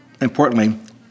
importantly